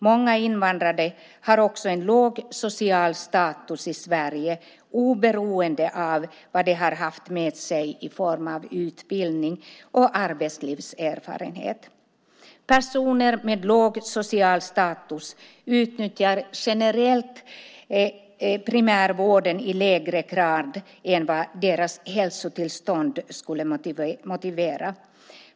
Många invandrade har också en låg social status i Sverige oberoende av vad de har haft med sig i form av utbildning och arbetslivserfarenhet. Personer med låg social status utnyttjar generellt primärvården i lägre grad än vad deras hälsotillstånd skulle motivera.